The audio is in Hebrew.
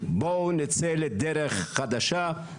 בואו נצא לדרך חדשה.